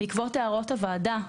בעקבות הערות הוועדה,